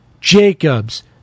Jacobs